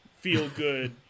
feel-good